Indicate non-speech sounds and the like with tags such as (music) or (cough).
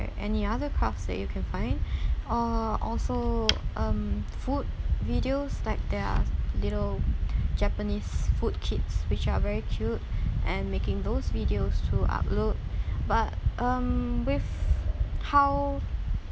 and any other crafts that you can find (breath) or also um food videos like there are little japanese food kits which are very cute and making those videos to upload but um with how